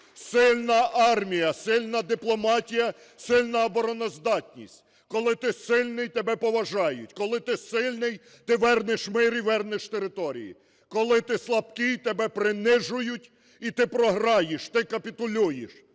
сильна армія, сильна дипломатія, сильна обороноздатність. Коли ти сильний, тебе поважають. Коли ти сильний - ти вернеш мир і вернеш території. Коли ти слабкий - тебе принижують, і ти програєш, ти капітулюєш.